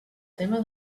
tema